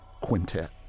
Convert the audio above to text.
Quintet